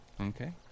Okay